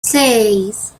seis